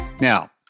Now